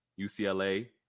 UCLA